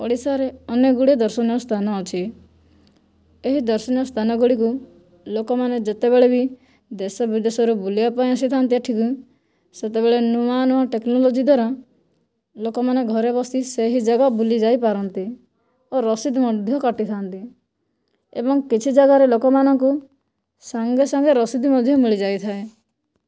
ଓଡ଼ିଶାରେ ଅନେକ ଗୁଡ଼ିଏ ଦର୍ଶନୀୟ ସ୍ଥାନ ଅଛି ଏହି ଦର୍ଶନୀୟ ସ୍ଥାନଗୁଡ଼ିକୁ ଲୋକମାନେ ଯେତେବେଳେ ବି ଦେଶ ବିଦେଶରେ ବୁଲିବା ପାଇଁ ଆସିଥାନ୍ତି ଏଠିକି ସେତେବଳେ ନୂଆ ନୂଆ ଟେକ୍ନୋଲୋଜି ଦ୍ୱାରା ଲୋକମାନେ ଘରେ ବସି ସେହି ଯାଗା ବୁଲି ଯାଇପାରନ୍ତି ଓ ରସିଦ ମଧ୍ୟ କଟିଥାନ୍ତି ଏବଂ କିଛି ଯାଗାରେ ଲୋକମାନଙ୍କୁ ସାଙ୍ଗେ ସାଙ୍ଗେ ରସିଦ ମଧ୍ୟ ମିଳିଯାଇଥାଏ